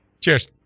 Cheers